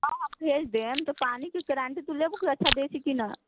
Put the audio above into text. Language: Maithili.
हँ भेज देब तऽ पानिके गारण्टी तू लेबहू कि अच्छा दैत छी कि नहि